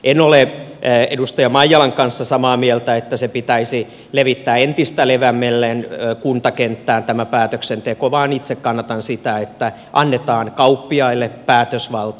en ole edustaja maijalan kanssa samaa mieltä että pitäisi levittää entistä leveämmälle kuntakenttään tämä päätöksenteko vaan itse kannatan sitä että annetaan kauppiaille päätösvalta